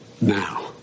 now